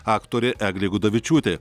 aktorė eglė gudavičiūtė